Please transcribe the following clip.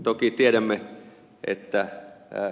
toki tiedämme että ed